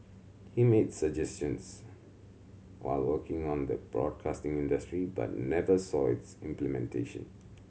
he made the suggestions while working on the broadcasting industry but never saw its implementation